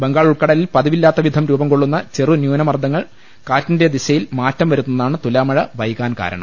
ബംഗാൾ ഉൾക്കടലിൽ പതിവില്ലാത്തവിധം രൂപം കൊള്ളുന്ന ചെറു ന്യൂനമർദങ്ങൾ കാറ്റിന്റെ ദിശയിൽ മാറ്റം വരുത്തുന്നതാണ് തുലാമഴ വൈകാൻ കാരണം